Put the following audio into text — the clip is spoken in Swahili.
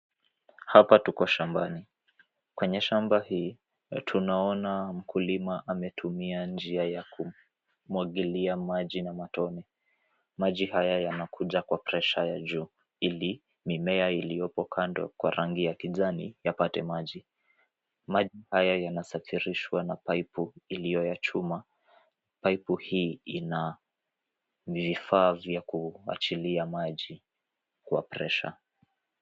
Hapa tuko shambani. Kwenye shamba hii tunaona mkulima ametumia njia ya kumwagilia maji na matone. Maji haya yanakuja kwa pressure ya juu ili mimea iliyopo kando kwa rangi ya kijani yapate maji. Maji haya yanasafirishwa na paipu iliyo ya chuma. Paipu hii ina vifaa vya kuachilia maji kwa pressure .